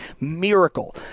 miracle